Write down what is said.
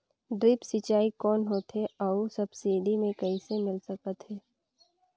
Drip सिंचाई कौन होथे अउ सब्सिडी मे कइसे मिल सकत हे?